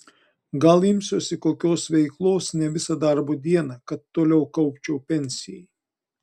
gal imsiuosi kokios veiklos ne visą darbo dieną kad toliau kaupčiau pensijai